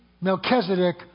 Melchizedek